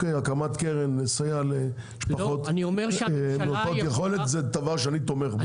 הקמת קרן לסייע למשפחות מעוטות יכולות זה דבר שאני תומך בו,